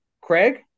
Craig